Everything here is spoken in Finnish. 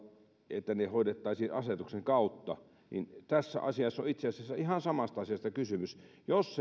että ne hoidettaisiin asetuksen kautta niin tässä asiassa on itse asiassa ihan samasta asiasta kysymys jos